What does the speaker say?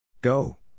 Go